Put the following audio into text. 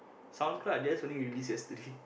SoundCloud I just only release yesterday